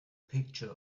picture